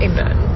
Amen